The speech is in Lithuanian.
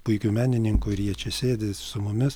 puikių menininkų ir jie čia sėdi su mumis